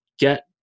get